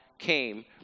came